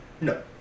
No